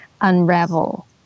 unravel